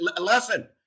Listen